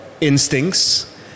instincts